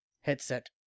headset